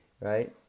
Right